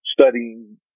studying